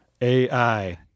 AI